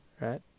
Right